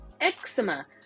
eczema